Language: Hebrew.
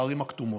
בערים הכתומות.